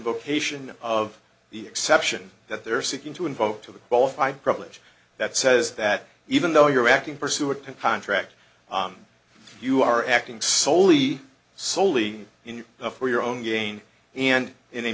vocation of the exception that they're seeking to invoke to the qualified privilege that says that even though you are acting pursuant to contract you are acting soley soley in you for your own gain and in a